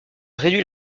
réduit